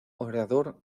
orador